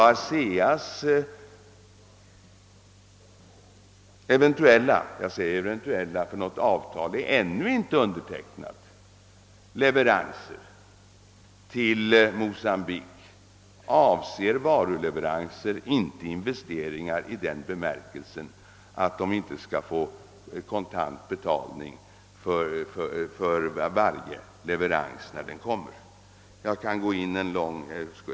ASEA :s eventuella — jag säger eventuella, ty något avtal är ännu inte undertecknat — affärer med Mocambique avser varuleveranser, inte investeringar i den bemärkelsen att företaget inte skulle få kontant betalning för varje leverans så fort den kom.